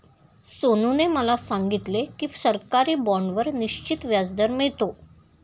सोनूने मला सांगितले की सरकारी बाँडवर निश्चित व्याजदर मिळतो